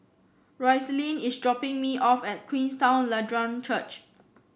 Roselyn is dropping me off at Queenstown Lutheran Church